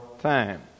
time